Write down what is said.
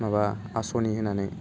माबा आस'नि होनानै